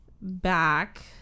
back